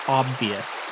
obvious